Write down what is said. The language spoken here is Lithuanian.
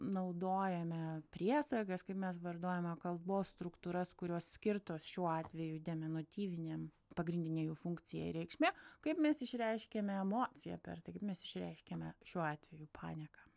naudojame priesagas kaip mes vardojame kalbos struktūras kurios skirtos šiuo atveju deminutyvinėm pagrindinė jų funkcija ir reikšmė kaip mes išreiškiame emociją per tai kaip mes išreiškiame šiuo atveju panieką